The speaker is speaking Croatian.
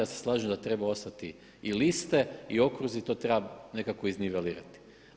Ja se slažem da trebaju ostati i liste i okruzi i to treba nekako iznivelirati.